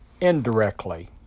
indirectly